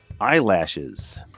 eyelashes